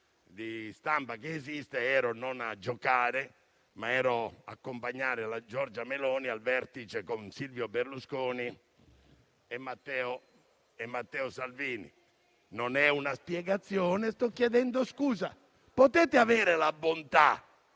di stampa che esiste non ero a giocare, ma ho accompagnato Giorgia Meloni al vertice con Silvio Berlusconi e Matteo Salvini. (*Commenti*). Non è una spiegazione e sto chiedendo scusa. Potete avere la bontà